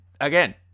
again